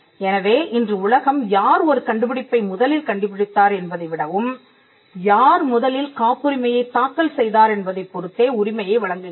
எனவே இன்று உலகம் யார் ஒரு கண்டுபிடிப்பை முதலில் கண்டுபிடித்தார் என்பதைவிடவும் யார் முதலில் காப்புரிமையைத் தாக்கல் செய்தார் என்பதைப் பொறுத்தே உரிமையை வழங்குகிறது